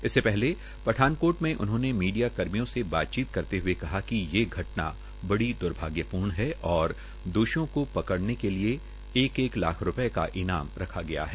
इससे पहले पठानकोट में उन्होंने मीडिया कर्मियों से बातचीत करते हुए कहा कि ये घटना बड़ी द्र्भाग्यपूर्ण है और दोषियों को पकड़ने के लिए एक एक लाख रूपये का ईनाम रखा गया है